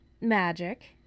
magic